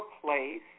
place